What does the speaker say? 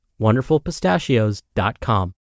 wonderfulpistachios.com